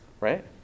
Right